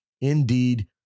indeed